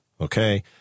Okay